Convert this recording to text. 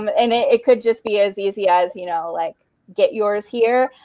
um and it could just be as easy as you know like get yours here.